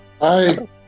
Hi